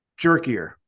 jerkier